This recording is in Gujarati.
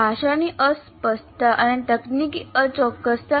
ભાષાની અસ્પષ્ટતા અને તકનીકી અચોક્કસતા